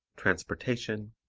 transportation,